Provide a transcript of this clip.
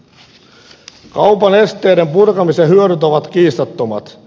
kaupan esteiden purkamisen hyödyt ovat kiistattomat